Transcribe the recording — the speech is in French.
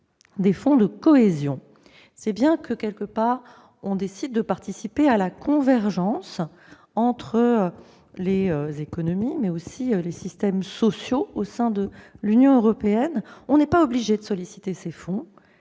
des fonds de cohésion, cela signifie que l'on décide de participer à la convergence entre les économies, mais aussi les systèmes sociaux au sein de l'Union européenne. On n'est pas obligé de les solliciter, mais,